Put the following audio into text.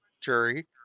jury